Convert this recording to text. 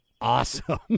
awesome